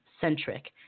centric